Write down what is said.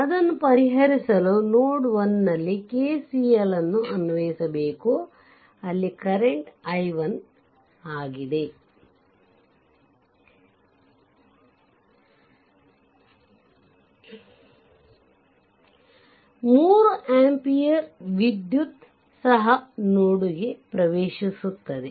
ಅದನ್ನು ಪರಿಹರಿಸಲು ನೋಡ್ 1 ನಲ್ಲಿ KCL ಅನ್ವಯಿಸಬೇಕು ಅಲ್ಲಿ ಕರೆಂಟ್ i1 ಪ್ರವೇಶಿಸುತ್ತದೆ 3 ಅಂಪಿಯರ್ ವಿದ್ಯುತ್ ಸಹ ನೋಡ್ ಗೆ ಪ್ರವೇಶಿಸುತ್ತದೆ